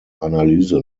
analyse